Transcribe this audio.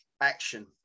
action